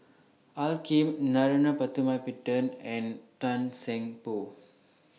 Al Lim Narana Putumaippittan and Tan Seng Poh